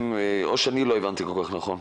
או שאני בעצם לא הבנתי כל כך נכון,